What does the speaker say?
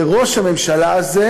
זה ראש הממשלה הזה,